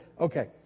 Okay